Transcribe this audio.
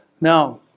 Now